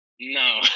no